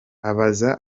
abaza